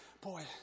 boy